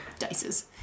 dices